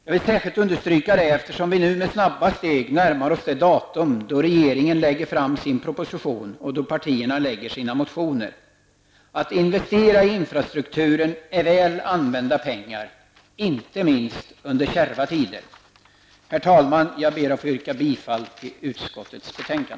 Jag vill särskilt understryka det, eftersom vi nu med snabba steg närmar oss det datum då regeringen lägger fram sin proposition och då partierna väcker sina motioner. Att investera i infrastrukturen är väl använda pengar, inte minst under kärva tider. Herr talman! Jag ber att få yrka bifall till utskottets hemställan.